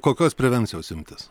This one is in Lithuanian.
kokios prevencijos imtis